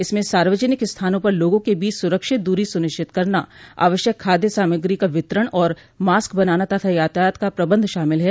इसमें सार्वजनिक स्थानों पर लोगों के बीच सुरक्षित दूरी सुनिश्चित करना आवश्यक खाद्य सामग्री का वितरण और मास्क बनाना तथा यातायात का प्रबंधन शामिल हैं